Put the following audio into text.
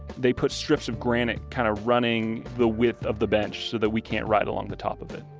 they put strips of granite kind of running the width of the bench so that we can't ride along the top of it.